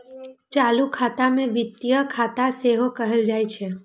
चालू खाता के वित्तीय खाता सेहो कहल जाइ छै